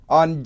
on